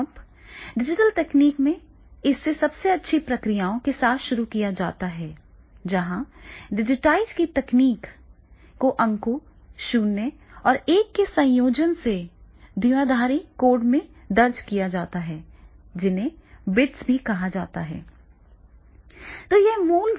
अब डिजिटल तकनीक में इसे सबसे अच्छी प्रक्रियाओं के साथ शुरू किया जाता है जहां डिजिटाइज़ की गई जानकारी को अंकों 0 और 1 के संयोजन के द्विआधारी कोड में दर्ज किया जाता है जिसे बिट्स भी कहा जाता है